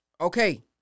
Okay